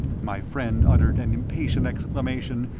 my friend uttered an impatient exclamation,